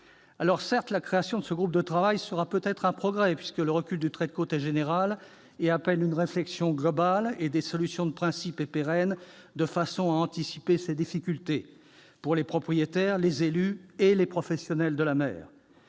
... Certes, la création de ce groupe de travail sera peut-être un progrès puisque le recul du trait de côte est général : il appelle une réflexion globale et des solutions de principe et pérennes de façon à anticiper ces difficultés pour les propriétaires, les élus et les professionnels de la mer.